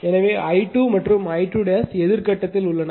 எனவே I2 மற்றும் I2 எதிர் கட்டத்தில் உள்ளன